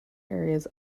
areas